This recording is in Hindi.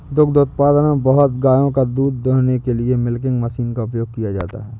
दुग्ध उत्पादन में बहुत गायों का दूध दूहने के लिए मिल्किंग मशीन का उपयोग किया जाता है